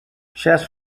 chess